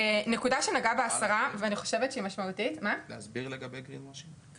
נקודה שנגעה בה השרה --- את יכולה להסביר על ה- Greenwashing?